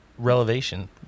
relevation